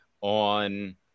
on